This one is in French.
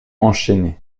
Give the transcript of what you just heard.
enchaîné